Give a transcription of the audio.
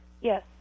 Yes